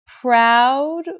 proud